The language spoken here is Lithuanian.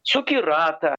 suki ratą